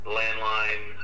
landline